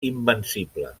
invencible